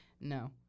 no